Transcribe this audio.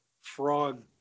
frog